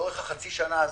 לאורך חצי השנה הזאת,